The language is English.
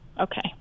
okay